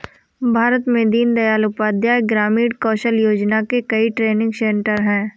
भारत में दीन दयाल उपाध्याय ग्रामीण कौशल योजना के कई ट्रेनिंग सेन्टर है